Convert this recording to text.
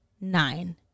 nine